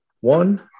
one